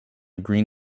green